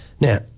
Now